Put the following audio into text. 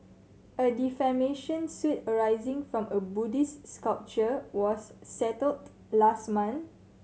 a defamation suit arising from a Buddhist sculpture was settled last month